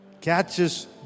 catches